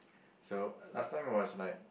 so last time I was like